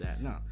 No